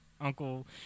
Uncle